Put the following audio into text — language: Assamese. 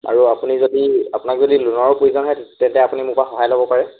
আৰু আপুনি যদি আপোনাক যদি লোনৰো প্ৰয়োজন হয় তেন্তে আপুনি মোৰ পৰা সহায় ল'ব পাৰে